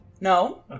No